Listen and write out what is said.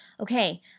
okay